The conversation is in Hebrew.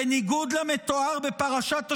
בניגוד למתואר בפרשת השבוע,